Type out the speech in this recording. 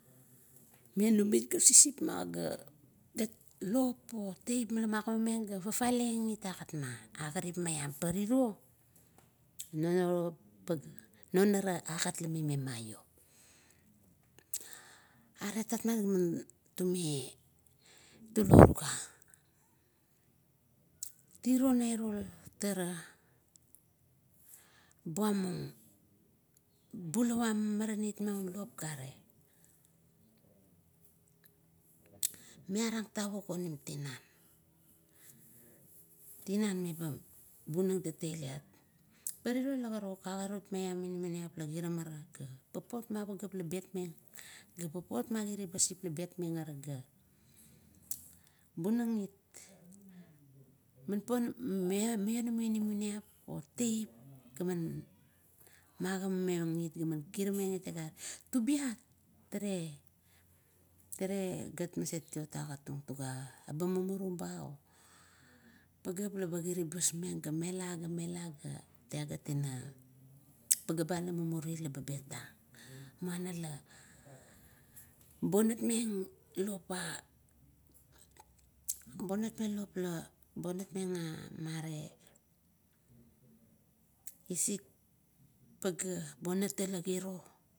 Are tatmat gaman tulo. Tale gat no ba gat leba muong ga mi dadaragang karuk, maivang miro lop buam karukan. Bubora iat la dusbung ga buarim kilalap, bulawa meirama lop buam ga ties ounou maun meba maiarang uro ties ounou ga maiaring. Ira maumau ga ure naga pang.